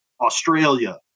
Australia